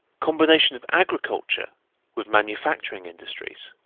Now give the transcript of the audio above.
combination of agriculture with manufacturing industries